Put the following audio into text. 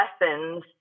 lessons